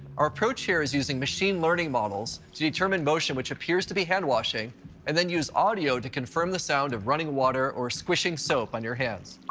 our approach here is using machine-learning models to determine motion which appears to be handwashing and then use audio to confirm the sound of running water or squishing soap on your hands.